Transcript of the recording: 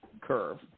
curve